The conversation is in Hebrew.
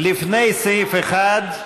לפני סעיף 1,